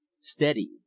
steady